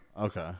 Okay